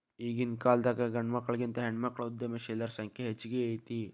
ಈಗಿನ್ಕಾಲದಾಗ್ ಗಂಡ್ಮಕ್ಳಿಗಿಂತಾ ಹೆಣ್ಮಕ್ಳ ಉದ್ಯಮಶೇಲರ ಸಂಖ್ಯೆ ಹೆಚ್ಗಿ ಐತಿ